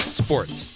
sports